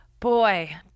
Boy